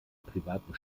privaten